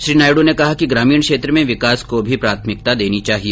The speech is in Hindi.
श्री नायडू ने कहा कि ग्रामीण क्षेत्र में विकास को भी प्राथमिकता देनी चाहिए